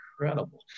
incredible